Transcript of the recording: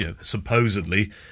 supposedly